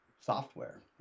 software